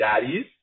daddies